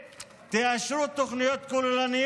אבל תתכננו את היישובים, תאשרו תוכניות כוללניות,